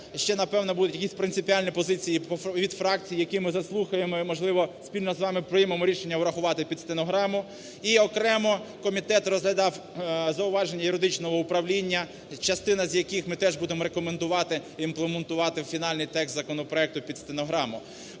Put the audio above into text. ще, напевно, будуть якісь принципіальні позиції від фракцій, які ми заслухаємо і можливо спільно з вами приймемо рішення врахувати під стенограму. І окремо комітет розглядав зауваження юридичного управління, частину з яких ми теж будемо рекомендувати імплементувати в фінальний текст законопроекту під стенограму.